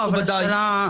ודאי.